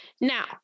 Now